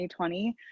2020